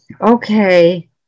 Okay